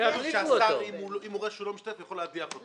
אם השר רואה שהוא לא משתתף, השר יכול להדיח אותו.